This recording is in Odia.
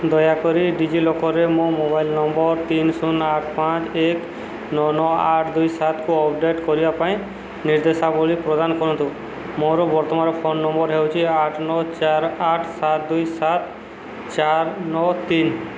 ଦୟାକରି ଡିଜିଲକରରେ ମୋ ମୋବାଇଲ୍ ନମ୍ବର୍ ତିନି ଶୂନ ଆଠ ପାଞ୍ଚ ଏକ ନଅ ନଅ ଆଠ ଦୁଇ ସାତକୁ ଅପଡ଼େଟ୍ କରିବା ପାଇଁ ନିର୍ଦ୍ଦେଶାବଳୀ ପ୍ରଦାନ କରନ୍ତୁ ମୋର ବର୍ତ୍ତମାନର ଫୋନ୍ ନମ୍ବର୍ ହେଉଛି ଆଠ ନଅ ଚାରି ଆଠ ସାତ ଦୁଇ ସାତ ଚାରି ନଅ ତିନି